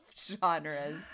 genres